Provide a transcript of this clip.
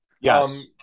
Yes